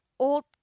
old